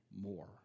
more